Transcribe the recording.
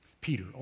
Peter